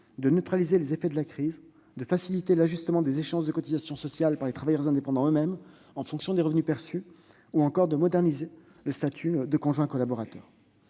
de neutraliser les effets de la crise, de faciliter l'ajustement des échéances de cotisations sociales par les travailleurs indépendants eux-mêmes en fonction des revenus perçus et de moderniser le statut de conjoint collaborateur.